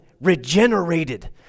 regenerated